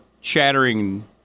chattering –